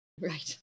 Right